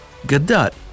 Gadot